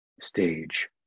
stage